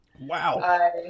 Wow